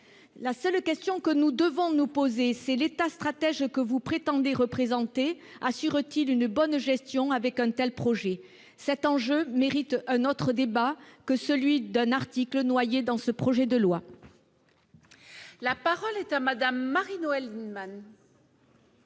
La seule question que nous devons nous poser est la suivante : l'État stratège que vous prétendez représenter assure-t-il une bonne gestion avec un tel projet ? Cet enjeu mérite un autre débat que celui qui est lié à un article noyé dans le présent projet de loi ! La parole est à Mme Marie-Noëlle Lienemann,